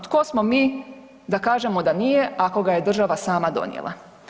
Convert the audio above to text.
Tko smo mi da kažemo da nije, ako ga je država sama donijela?